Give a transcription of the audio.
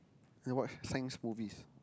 I watch science movies